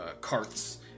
carts